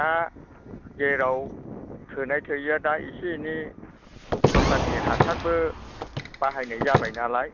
दा जेराव थोनाय थोयैया दा एसे एनै सरखारनि हासारबो बाहायनाय जाबायनालाय